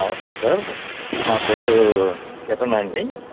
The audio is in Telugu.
నమస్తే సార్ నా పేరూ కిరణ్ అండి